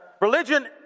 Religion